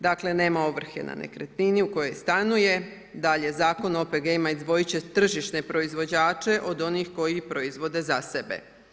Dakle, nema ovrhe na nekretnini u kojoj stanuje, dakle, Zakon o OPG-ima izdvojiti će tržišne proizvođače od onih koji proizvode za sebe.